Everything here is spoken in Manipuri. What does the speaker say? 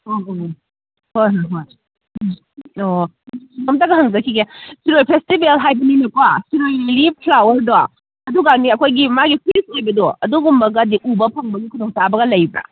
ꯑꯣ ꯑꯣ ꯍꯣꯏ ꯍꯣꯏ ꯍꯣꯏ ꯑꯣ ꯀꯩꯅꯣꯝꯇꯒ ꯍꯪꯖꯈꯤꯒꯦ ꯁꯤꯔꯣꯏ ꯐꯦꯁꯇꯤꯚꯦꯜ ꯍꯥꯏꯕꯅꯤꯅꯀꯣ ꯁꯤꯔꯣꯏ ꯂꯤꯂꯤ ꯐ꯭ꯂꯥꯋꯔꯗꯣ ꯑꯗꯨꯒꯅꯦ ꯑꯩꯈꯣꯏꯒꯤ ꯃꯥꯒꯤ ꯑꯣꯏꯕꯗꯣ ꯑꯗꯨꯒꯨꯝꯕꯒꯗꯤ ꯎꯕ ꯐꯪꯕꯒꯤ ꯈꯨꯗꯣꯡꯆꯥꯕꯒ ꯂꯩꯕ꯭ꯔꯥ